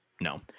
no